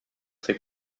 ses